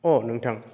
अ नोंथां